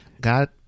God